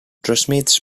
transmits